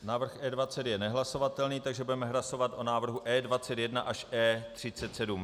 Návrh E20 je nehlasovatelný, takže budeme hlasovat o návrhu E21 až E37.